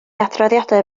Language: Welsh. adroddiadau